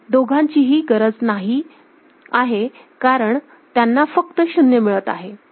दोघांचीही गरज नाही कारण त्यांना फक्त शून्य मिळत आहे